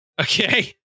Okay